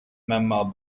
mammal